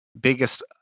biggest